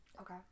Okay